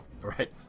right